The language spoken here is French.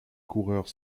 coureurs